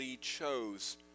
chose